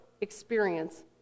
experience